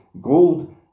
gold